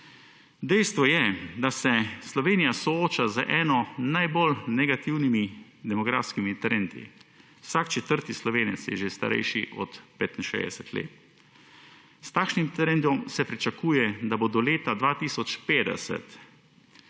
Dejstvo je, da se Slovenija sooča z eno najbolj negativnimi demografskimi trendi. Vsak četrti Slovenec je že starejši od 65 let. S takšnim trendom se pričakuje, da bodo leta 2050